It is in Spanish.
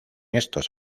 estos